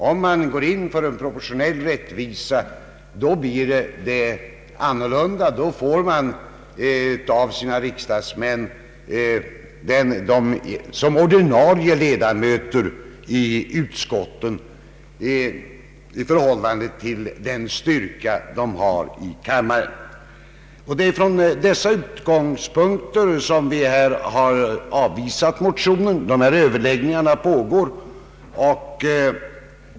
Går man in för en proportionell rättvisa, blir det annorlunda. Då får ett parti såsom ordinarie ledamöter i utskott tillsätta ett antal som är proportionellt mot det antal ledamöter partiet har i riksdagen. Från dessa utgångspunkter har utskottet avvisat motionen. Överläggningarna mellan partierna pågår.